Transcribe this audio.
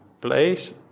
place